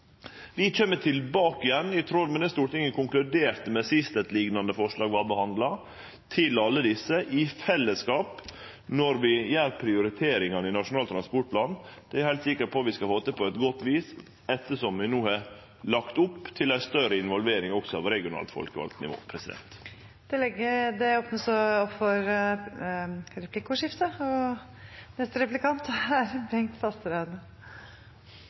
Vi kjem tilbake igjen til alle desse i fellesskap når vi gjer prioriteringane i Nasjonal transportplan, i tråd med det Stortinget konkluderte med sist eit liknande forslag vart behandla. Det er eg heilt sikker på vi skal få til på eit godt vis, ettersom vi no har lagt opp til ei større involvering også av regionalt folkevalt nivå. Det blir replikkordskifte. Et prinsipp er vel ikke absolutt, og det tror jeg gjelder for ganske mange, til og